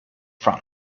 front